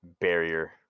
barrier